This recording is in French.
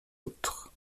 autres